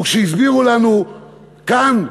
וכשהסבירו לנו כאן,